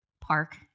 park